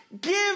Give